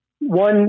one